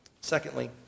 Secondly